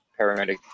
paramedic